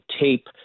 tape